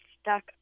stuck